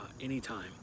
anytime